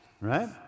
right